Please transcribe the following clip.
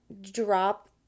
drop